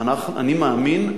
אני מאמין,